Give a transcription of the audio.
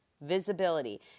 visibility